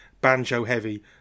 banjo-heavy